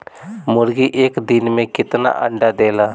मुर्गी एक दिन मे कितना अंडा देला?